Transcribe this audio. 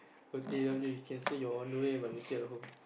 O_T_W you can say you're on the way but you're still at home